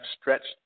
stretched